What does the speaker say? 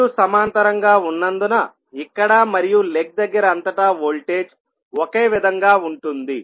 రెండూ సమాంతరంగా ఉన్నందున ఇక్కడ మరియు లెగ్ దగ్గర అంతటా వోల్టేజ్ ఒకే విధంగా ఉంటుంది